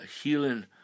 healing